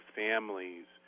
families